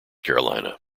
carolina